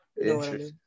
Interesting